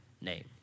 name